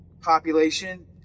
population